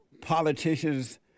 politicians